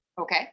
Okay